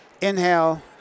Inhale